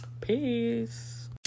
Peace